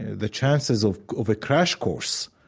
the chances of of a crash course,